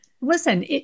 listen